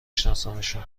شناسمشون